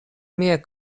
mia